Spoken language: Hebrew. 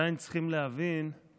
להבין